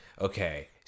Okay